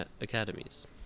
Academies